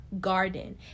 garden